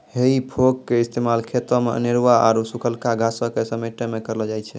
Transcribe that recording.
हेइ फोक के इस्तेमाल खेतो मे अनेरुआ आरु सुखलका घासो के समेटै मे करलो जाय छै